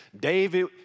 David